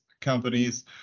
companies